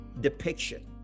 depiction